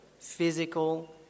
physical